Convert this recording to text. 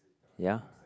ya